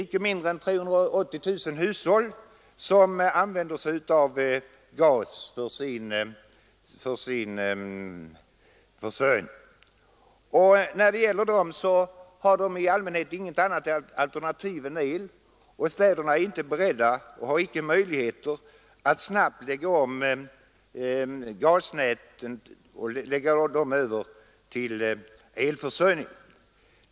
Icke mindre än 380 000 hushåll använder gas för sin energiförsörjning. De har i allmänhet inget annat alternativ än el, och städerna är icke beredda och har icke möjligheter att snabbt lägga om från gas till elförsörjning.